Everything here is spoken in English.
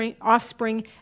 offspring